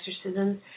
exorcisms